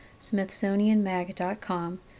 smithsonianmag.com